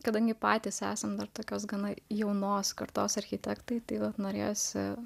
kadangi patys esam dar tokios gana jaunos kartos architektai taip norėjosi